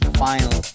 final